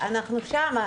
אנחנו שם.